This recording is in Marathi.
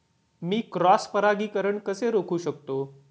मी क्रॉस परागीकरण कसे रोखू शकतो?